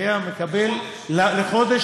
הוא היה מקבל, לחודש.